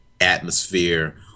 atmosphere